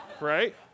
right